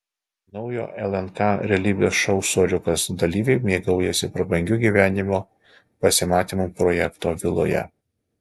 naujo lnk realybės šou soriukas dalyviai mėgaujasi prabangiu gyvenimu pasimatymų projekto viloje